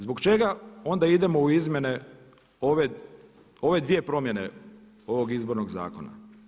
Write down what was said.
Zbog čega onda idemo u izmjene ove dvije promjene ovog Izbornog zakona?